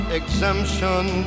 exemption